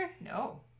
No